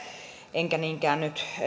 enkä niinkään nyt